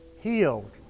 Healed